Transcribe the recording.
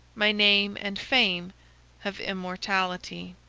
my name and fame have immortality.